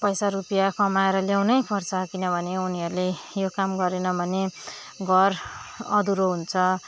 पैसा रुपियाँ कमाएर ल्याउनै पर्छ किनभने उनीहरूले यो काम गरेन भने घर अधुरो हुन्छ